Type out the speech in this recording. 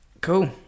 cool